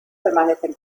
permanecen